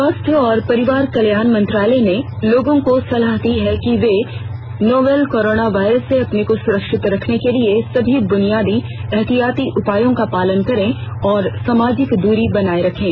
स्वास्थ्य और परिवार कल्याण मंत्रालय ने लोगों को सलाह दी है कि वे नोवल कोरोना वायरस से अपने को सुरक्षित रखने के लिए सभी बुनियादी एहतियाती उपायों का पालन करें और सामाजिक दूरी बनाए रखें